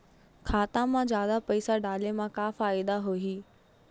खाता मा जादा पईसा डाले मा का फ़ायदा होही?